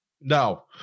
No